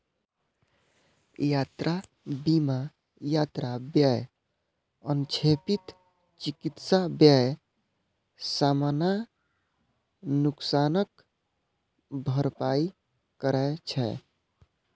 यात्रा बीमा यात्रा व्यय, अनपेक्षित चिकित्सा व्यय, सामान नुकसानक भरपाई करै छै